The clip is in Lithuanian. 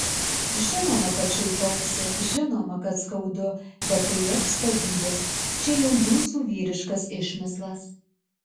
žinoma kad šaipausi žinoma kad skaudu bet tai joks pavydas čia jau jūsų vyriškas išmislas